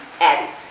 Abby